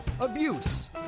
abuse